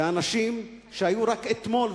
ואנשים שהיו רק אתמול,